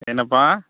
என்னப்பா